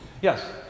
yes